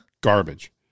garbage